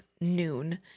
noon